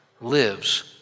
lives